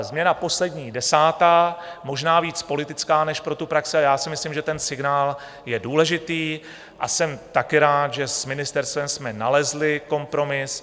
Změna poslední, desátá, možná víc politická než pro praxi, a já si myslím, že ten signál je důležitý, a jsem taky rád, že s ministerstvem jsme nalezli kompromis.